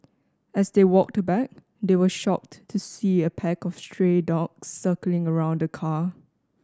as they walked back they were shocked to see a pack of stray dogs circling around the car